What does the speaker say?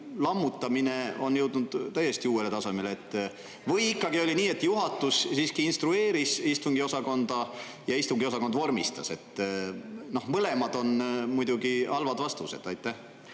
lammutamine on jõudnud täiesti uuele tasemele. Või ikkagi oli nii, et juhatus siiski instrueeris istungiosakonda ja istungiosakond vormistas? Mõlemad on muidugi halvad vastused. Aitäh,